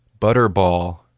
Butterball